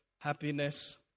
happiness